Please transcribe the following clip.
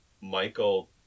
Michael